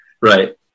Right